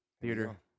theater